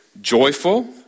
joyful